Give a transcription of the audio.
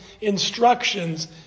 instructions